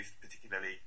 particularly